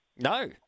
No